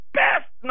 best